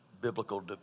biblical